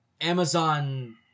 Amazon